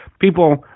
people